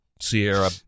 sierra